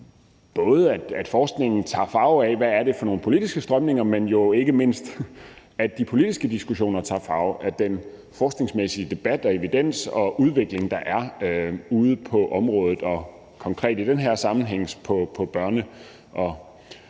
sikre, at forskningen tager farve af, hvad det er for nogle politiske strømninger, men jo ikke mindst, at de politiske diskussioner tager farve af den forskningsmæssige debat og evidens og udvikling, der er ude på området og konkret i den her sammenhæng på børne- og